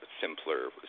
simpler